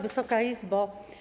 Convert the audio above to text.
Wysoka Izbo!